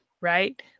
right